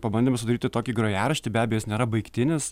pabandėm sudaryti tokį grojaraštį be abejo jis nėra baigtinis